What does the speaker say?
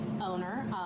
owner